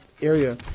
area